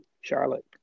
Charlotte